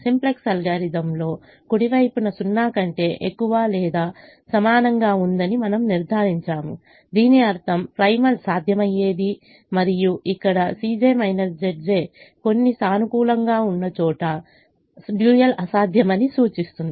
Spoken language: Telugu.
సింప్లెక్స్ అల్గోరిథంలో కుడి వైపున 0 కంటే ఎక్కువ లేదా సమానంగా ఉందని మనము నిర్ధారించాము దీని అర్థం ప్రైమల్ సాధ్యమయ్యేది మరియు ఇక్కడ Cj Zjs కొన్ని సానుకూలంగా ఉన్న చోట డ్యూయల్ అసాధ్యమని సూచిస్తుంది